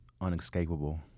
unescapable